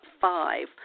five